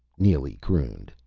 neely crooned,